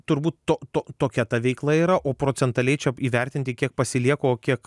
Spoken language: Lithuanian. turbūt to to tokia ta veikla yra o procentaliai čia įvertinti kiek pasilieka o kiek